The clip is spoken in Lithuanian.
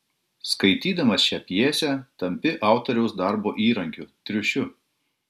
skaitydamas šią pjesę tampi autoriaus darbo įrankiu triušiu